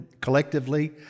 collectively